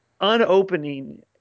unopening –